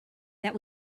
that